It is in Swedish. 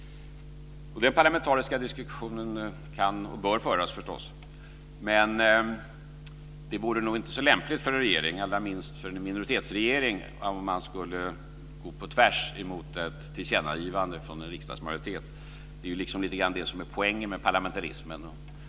Den parlamentariska diskussionen kan och bör föras. Men det vore nog inte så lämpligt för en regering, allra minst för en minoritetsregering, om man skulle gå på tvärs mot ett tillkännagivande från en riksdagsmajoritet. Det är ju liksom lite grann det som är poängen med parlamentarismen.